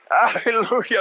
Hallelujah